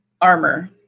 armor